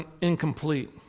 Incomplete